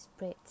spritz